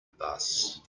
bus